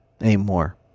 anymore